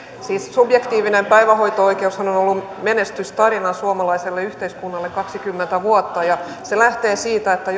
siis subjektiivinen päivähoito oikeushan on ollut menestystarina suomalaiselle yhteiskunnalle kaksikymmentä vuotta ja se lähtee siitä että